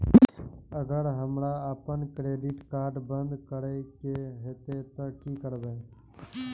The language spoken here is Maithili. अगर हमरा आपन क्रेडिट कार्ड बंद करै के हेतै त की करबै?